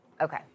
Okay